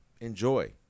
enjoy